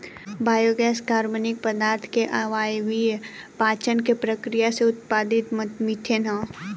biogas कार्बनिक पदार्थ के अवायवीय पाचन के प्रक्रिया से उत्पादित मिथेन ह